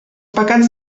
pecats